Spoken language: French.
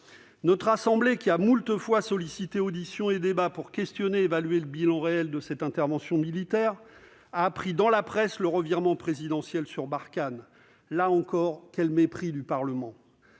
Notre assemblée, qui a moult fois sollicité auditions et débats pour examiner et évaluer le bilan réel de cette intervention militaire d'envergure, a appris par la presse le revirement présidentiel sur Barkhane. Là encore, quel mépris du Parlement !